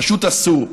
פשוט אסור,